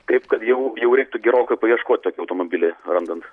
taip kad jau jau reiktų gerokai paieškoti tokį automobilį randant